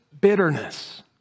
bitterness